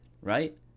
right